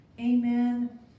amen